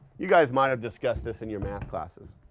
you guys might've discussed this in your math classes,